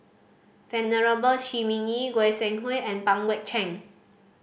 Venerable Shi Ming Yi Goi Seng Hui and Pang Guek Cheng